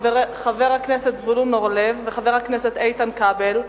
חבר הכנסת זבולון אורלב וחבר הכנסת איתן כבל,